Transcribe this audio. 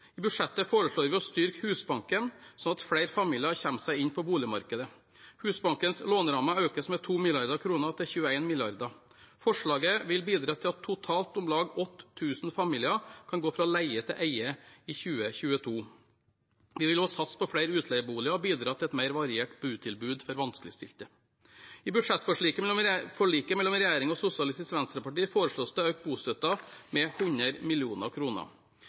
I budsjettet foreslår vi å styrke Husbanken, sånn at flere familier kommer seg inn på boligmarkedet. Husbankens låneramme økes med 2 mrd. kr, til 21 mrd. kr totalt. Forslaget vil bidra til at totalt om lag 8 000 familier kan gå fra leie til eie i 2022. Vi vil også satse på flere utleieboliger og bidra til et mer variert botilbud for vanskeligstilte. I budsjettforliket mellom regjeringen og Sosialistisk Venstreparti foreslås det å øke bostøtten med 100